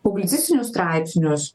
publicistinius straipsnius